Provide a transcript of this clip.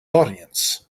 audience